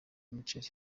umuceri